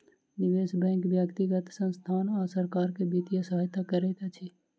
निवेश बैंक व्यक्तिगत संसथान आ सरकार के वित्तीय सहायता करैत अछि